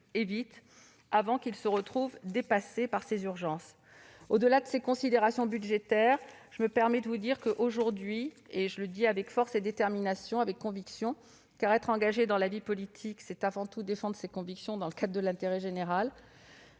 possible, avant qu'ils ne se retrouvent dépassés par l'urgence. Au-delà des considérations budgétaires, je me permets de m'adresser à vous avec force, détermination et conviction, car être engagé dans la vie politique c'est avant tout défendre des convictions dans le cadre de l'intérêt général.